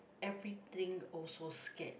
everything also scared